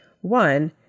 One